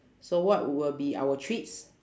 so what will be our treats